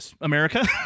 America